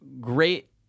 great